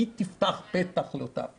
היא תפתח פתח לאותה אפליה.